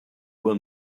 will